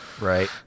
Right